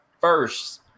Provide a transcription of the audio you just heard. first